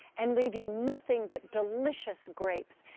and leave you nothing but delicious grapes.